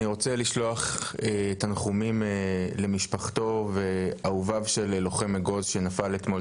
אני רוצה לשלוח תנחומים למשפחתו ולאוהביו של לוחם ׳אגוז׳ שנפל אתמול,